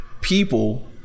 people